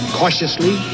cautiously